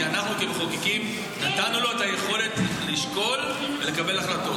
כי אנחנו כמחוקקים נתנו לו את היכולת לשקול ולקבל החלטות.